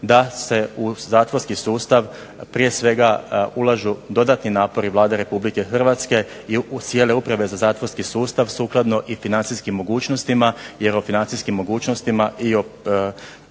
da se u zatvorski sustav prije svega ulažu dodatni napori Vlade Republike Hrvatske, i cijele uprave za zatvorski sustav, sukladno i financijskim mogućnostima, jer o financijskim mogućnostima i o